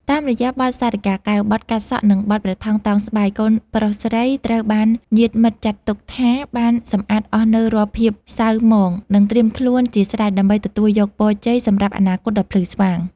តាមរយៈបទ សារិកាកែវ បទ កាត់សក់ និងបទ ព្រះថោងតោងស្បៃ កូនប្រុសស្រីត្រូវបានញាតិមិត្តចាត់ទុកថាបានសម្អាតអស់នូវរាល់ភាពសៅហ្មង និងត្រៀមខ្លួនជាស្រេចដើម្បីទទួលយកពរជ័យសម្រាប់អនាគតដ៏ភ្លឺស្វាង។